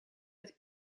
dat